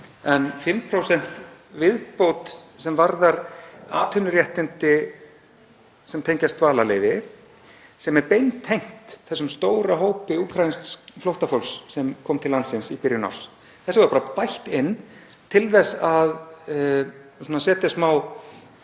en 5% viðbót sem varðar atvinnuréttindi sem tengjast dvalarleyfi, sem er beintengt þessum stóra hópi úkraínsks flóttafólks sem kom til landsins í byrjun árs. Þessu var bætt inn til þess að setja smá